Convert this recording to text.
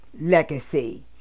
legacy